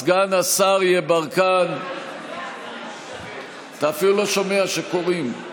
סגן השר יברקן, אתה אפילו לא שומע שקוראים.